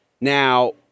Now